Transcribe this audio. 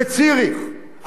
בציריך,